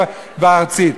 והארצית.